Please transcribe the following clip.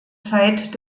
zeit